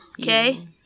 okay